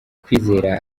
kwizera